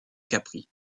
capri